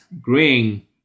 green